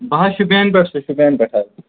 بہٕ حظ چھُس بین بس سِٹینٛڈ پیٚٹھ